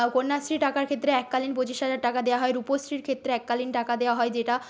কন্যাশ্রী টাকার ক্ষেত্রে এককালীন পঁচিশ হাজার টাকা দেওয়া হয় রূপশ্রীর ক্ষেত্রে এককালীন টাকা দেওয়া হয় যেটা